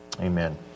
Amen